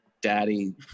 Daddy